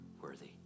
worthy